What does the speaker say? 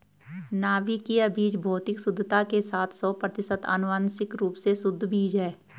नाभिकीय बीज भौतिक शुद्धता के साथ सौ प्रतिशत आनुवंशिक रूप से शुद्ध बीज है